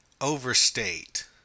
overstate